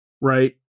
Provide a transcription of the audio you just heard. right